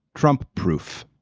trump proof.